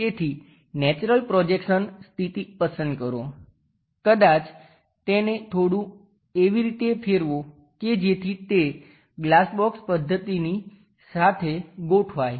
તેથી natural projection સ્થિતિ પસંદ કરો કદાચ તેને થોડું એવી રીતે ફેરવો કે જેથી તે ગ્લાસ બોક્સની પદ્ધતિ સાથે ગોઠવાય